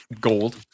gold